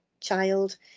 child